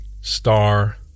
star